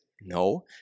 No